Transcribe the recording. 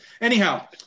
Anyhow